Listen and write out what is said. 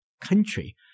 country